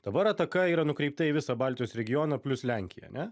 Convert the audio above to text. dabar ataka yra nukreipta į visą baltijos regioną plius lenkiją ane